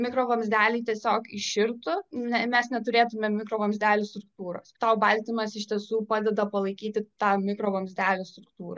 mikrovamzdeliai tiesiog iširtų ne mes neturėtumėm mikrovamzdelių struktūros tau baltymas iš tiesų padeda palaikyti tą mikrovamzdelių struktūrą